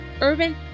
urban